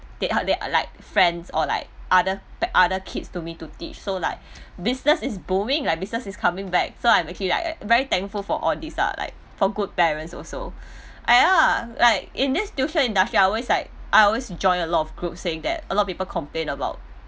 they heard they are like friends or like other p~ other kids to me to teach so like business is booming lah business is coming back so I'm actually like I very thankful for all this lah like for good parents also !aiya! like in this tuition industry I always like I always join a lot of group saying that a lot of people complain about